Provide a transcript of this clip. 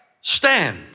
Stand